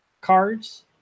cards